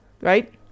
right